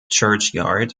churchyard